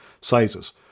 sizes